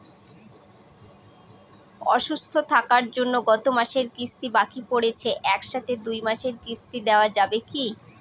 অসুস্থ থাকার জন্য গত মাসের কিস্তি বাকি পরেছে এক সাথে দুই মাসের কিস্তি দেওয়া যাবে কি?